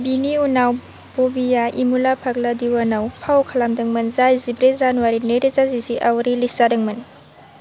बिनि उनाव बबिआ 'यमला पगला दिवाना'आव फाव खालामदोंमोन जाय जिब्रै जानुवारि नैरोजा जिसेआव रिलिज जादोंमोन